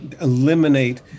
eliminate